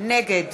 נגד